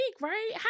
right